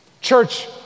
Church